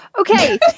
Okay